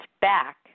back